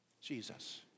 Jesus